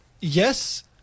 Yes